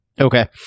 Okay